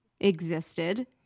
existed